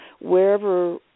wherever